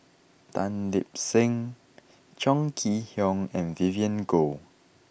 Tan Lip Seng Chong Kee Hiong and Vivien Goh